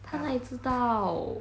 他哪里知道